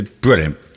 brilliant